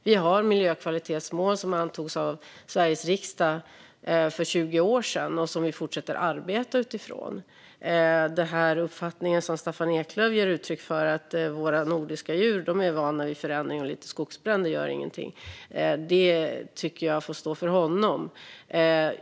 Vi har miljökvalitetsmål som antogs av Sveriges riksdag för 20 år sedan, som vi fortsätter att arbeta utifrån. Den uppfattning som Staffan Eklöf ger uttryck för, att våra nordiska djur är vana vid förändring och att lite skogsbränder inte gör något, tycker jag får stå för honom.